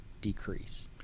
decrease